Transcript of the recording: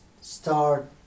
start